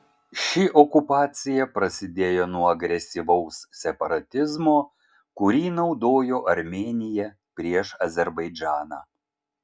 ši okupacija prasidėjo nuo agresyvaus separatizmo kurį naudojo armėnija prieš azerbaidžaną